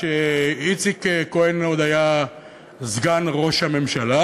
כשאיציק כהן עוד היה סגן ראש הממשלה,